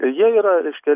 jie yra reiškia